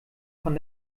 von